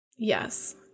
Yes